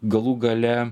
galų gale